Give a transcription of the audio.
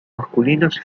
masculinos